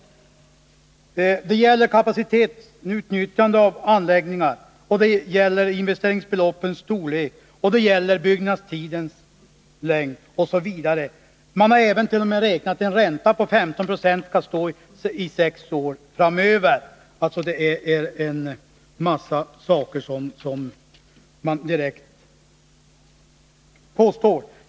Utredningen sysslar med kapacitetsutnyttjande av anläggningar, investeringsbeloppens storlek, byggnadstidens längd osv. Man har även räknat att en ränta på 15 96 skulle gälla för sex år framöver. Så var det detta om EG.